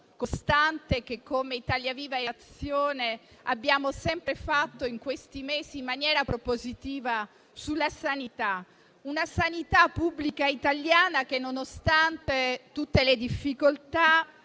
costante che, come Italia Viva e Azione, abbiamo sempre fatto in questi mesi in maniera propositiva sulla sanità. Una sanità pubblica italiana che, nonostante tutte le difficoltà,